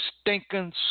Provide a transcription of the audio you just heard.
stinking